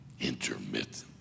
Intermittent